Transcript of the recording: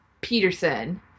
Peterson